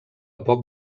poc